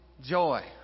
joy